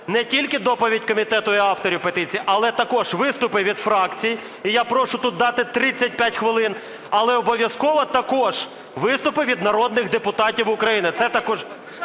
не тільки доповідь комітету і авторів петиції, але також виступи від фракцій. І я прошу тут дати 35 хвилин, але обов'язково також виступи від народних депутатів України.